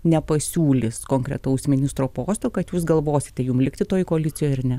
nepasiūlys konkretaus ministro posto kad jūs galvosite jum likti toj koalicijoj ar ne